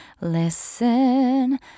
listen